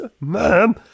ma'am